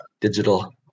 Digital